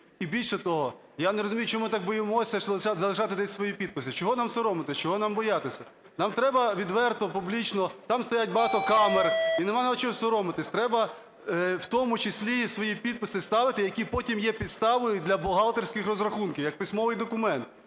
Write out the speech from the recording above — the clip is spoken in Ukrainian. І, більше того, я не розумію, чого ми так боїмося залишати десь свої підписи. Чого нам соромитися? Чого нам боятися? Нам треба відверто, публічно, там стоять багато камер і нема нам чого соромитися. Треба в тому числі і свої підписи ставити, які потім є підставою для бухгалтерських розрахунків як письмовий документ.